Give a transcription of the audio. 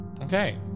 okay